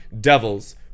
devils